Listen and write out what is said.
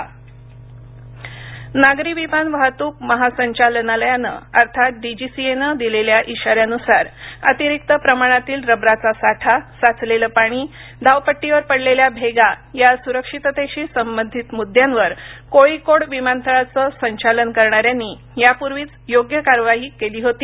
पुरी tweet नागरी विमान वाहतूक महा संचालनालयानं अर्थात डीजीसीएनं दिलेल्या इशाऱ्यानुसार अतिरिक्त प्रमाणातील रबराचा साठा साचलेलं पाणी धावपट्टीवर पडलेल्या भेगा या सुरक्षिततेशी संबंधित मुद्द्यांवर कोळिकोड विमानतळाचं संचालन करणाऱ्यांनी यापूर्वीच योग्य कार्यवाही केली होती